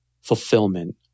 fulfillment